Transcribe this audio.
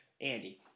Andy